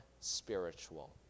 spiritual